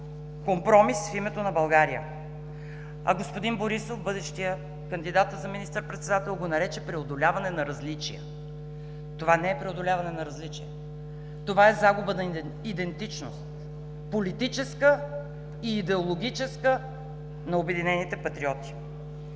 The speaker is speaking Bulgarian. компромис в името на България. А господин Борисов, бъдещият кандидат за министър председател, го нарече „преодоляване на различия“. Това не е преодоляване на различия. Това е загуба на идентичност – политическа и идеологическа на „Обединените патриоти“